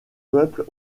peuples